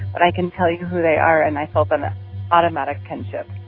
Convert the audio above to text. but i can tell you who they are and i felt an automatic kinship